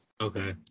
okay